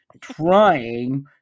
trying